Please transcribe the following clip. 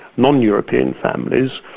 non-european families,